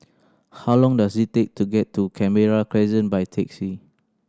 how long does it take to get to Canberra Crescent by taxi